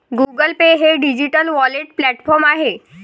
Google Pay हे digital wallet platform आहे